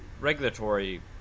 regulatory